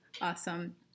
Awesome